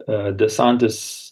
e desantis